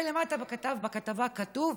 ולמטה בכתבה כתוב: